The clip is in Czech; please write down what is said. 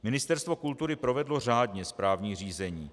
Ministerstvo kultury provedlo řádně správní řízení.